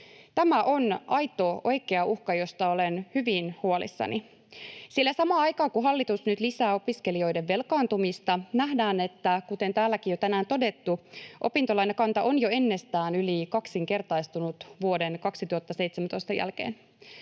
Tämä on aito, oikea uhka, josta olen hyvin huolissani, sillä samaan aikaan, kun hallitus nyt lisää opiskelijoiden velkaantumista, nähdään, kuten täälläkin jo tänään todettu, että opintolainakanta on jo ennestään yli kaksinkertaistunut vuoden 2017 jälkeen.